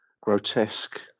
grotesque